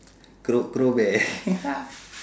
cro~ crobear